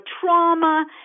trauma